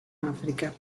africa